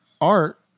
art